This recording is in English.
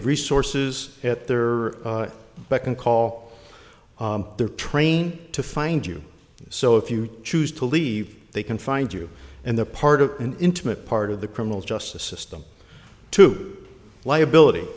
resources at their beck and call they're trained to find you so if you choose to leave they can find you and they're part of an intimate part of the criminal justice system to liability